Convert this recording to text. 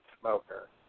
smoker